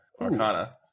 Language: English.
arcana